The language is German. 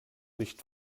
nicht